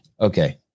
Okay